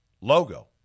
logo